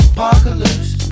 Apocalypse